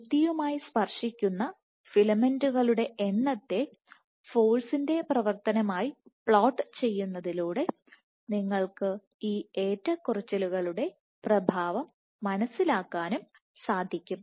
ഭിത്തിയുമായി സ്പർശിക്കുന്ന ഫിലമെന്റുകളുടെ എണ്ണത്തെ ഫോഴ്സിന്റെ പ്രവർത്തനമായി പ്ലോട്ട് ചെയ്യുന്നതിലൂടെ നിങ്ങൾക്ക് ഈ ഏറ്റക്കുറച്ചിലുകളുടെ പ്രഭാവം മനസ്സിലാക്കാനും സാധിക്കും